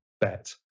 bet